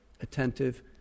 attentive